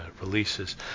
releases